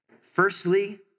Firstly